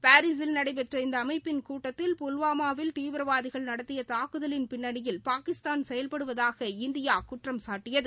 பாரிசில் நடைபெற்ற இந்த அமைப்பிள் கூட்டத்தில் புல்வாமாவில் திவிரவாதிகள் நடத்திய தாக்குதலின் பின்னணியில பாகிஸ்தான் செயல்படுவதாக இந்தியா குற்றம்சாட்டியது